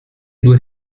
due